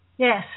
Yes